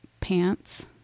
pants